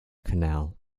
canal